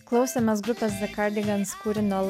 klausėmės grupės de kardigans kūrinio